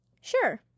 sure